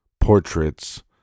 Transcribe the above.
portraits